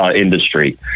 industry